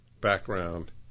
background